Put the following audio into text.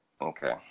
Okay